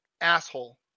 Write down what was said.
asshole